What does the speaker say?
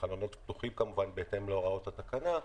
כשהחלונות פתוחים כמובן בהתאם להוראות התקנה,